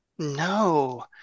No